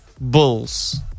Bulls